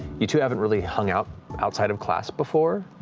you two haven't really hung out outside of class before,